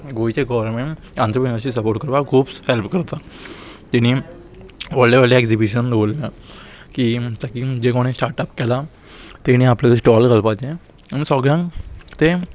गोंयचे गोवोरमेंट आनीप्रीनू सपोर्ट करपाक खूब हॅल्प करता तेणी व्हडले व्हडले एग्जिबिशन दवरल्या की ताकी म्हणजे कोणें स्टार्ट अप केलां तेणी आपले स्टॉल घालपाचें आनी सगळ्यांक तें